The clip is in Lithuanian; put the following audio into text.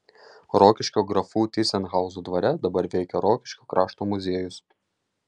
rokiškio grafų tyzenhauzų dvare dabar veikia rokiškio krašto muziejus